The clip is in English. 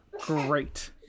great